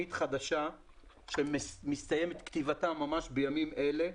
בתוכנית חדשה שמסתיימת כתיבתה ממש בימים אלה.